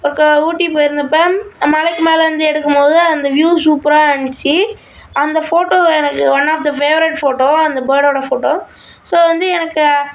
ஒருக்கா ஊட்டி போய்ருந்தப்ப மலைக்கு மேலே வந்து எடுக்கும்போதும் அந்த வியூ சூப்பராக இருந்துச்சு அந்த ஃபோட்டோ எனக்கு one of the favourite photo அந்த பேர்டோடய ஃபோட்டோ ஸோ வந்து எனக்கு